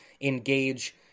engage